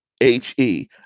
H-E